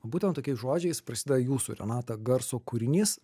būtent tokiais žodžiais prasideda jūsų renata garso kūrinys